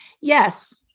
Yes